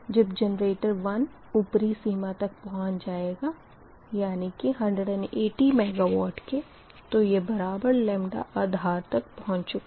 जब जेनरेटर 1 ऊपरी सीमा तक पहुँच जाएगा यानी कि 180 MW के तो यह बराबर आधार तक पहुँच चुका है